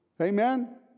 Amen